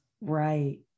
Right